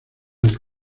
del